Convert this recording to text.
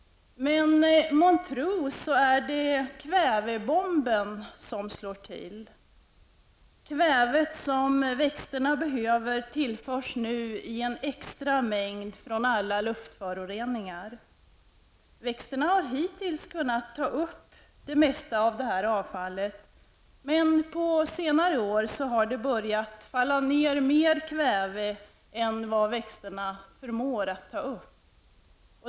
Men är det månntro kvävebomben som slår till? Kvävet som växterna behöver tillförs nu i en extra mängd från alla luftföroreningar. Växterna har hittills kunnat ta upp det mesta av detta avfall. Men på senare år har det börjat falla ned mer kväve än vad växterna förmår att ta upp.